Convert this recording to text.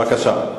בבקשה.